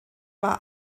war